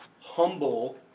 humble